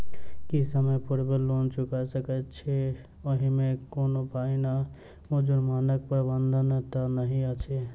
की समय पूर्व लोन चुका सकैत छी ओहिमे कोनो फाईन वा जुर्मानाक प्रावधान तऽ नहि अछि?